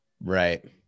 right